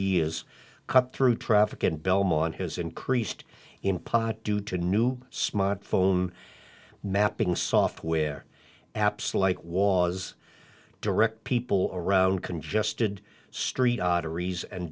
years cut through traffic in belmont has increased in pot due to new smart phone mapping software apps like was direct people around congested street a